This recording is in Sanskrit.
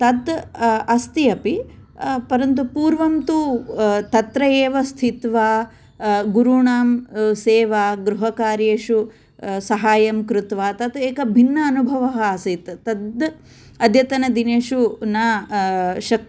तत् अस्ति अपि परन्तु पूर्वं तु तत्र एव स्थित्वा गुरुणां सेवा गृहकार्येषु सहायं कृत्वा तत् एकः भिन्न अनुभवः आसीत् तत् अद्यतन दिनेषु न